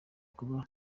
kuba